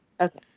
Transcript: Okay